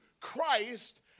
Christ